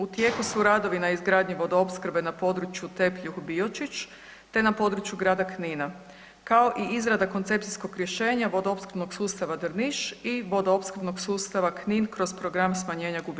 U tijelu su radovi na izgradnji vodoopskrbe na području Tepljuh-Biočić te na području Grada Knina, kao i izrada koncepcijskog rješenja vodoopskrbnog sustava Drniš i vodoopskrbnog sustava Knin kroz program smanjenja gubitaka.